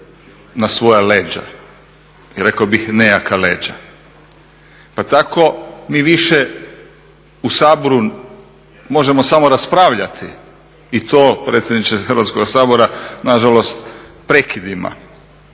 na svoja leđa, rekao bih nejaka leđa. Pa tako mi više u Saboru možemo samo raspravljati i to predsjedniče Hrvatskoga sabora nažalost prekidima